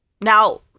now